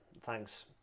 Thanks